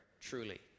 truly